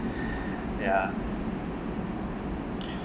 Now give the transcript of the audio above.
ya